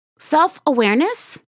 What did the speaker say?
Self-awareness